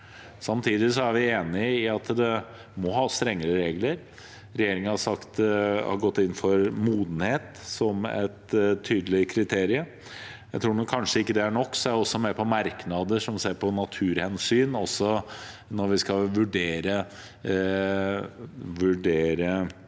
Samtidig er vi enig i at vi må ha strengere regler. Regjeringen har gått inn for modenhet som et tydelig kriterium. Jeg tror kanskje ikke det er nok. Vi er også med på merknader som ser på naturhensyn, når vi skal vurdere